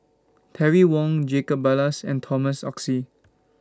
Terry Wong Jacob Ballas and Thomas Oxley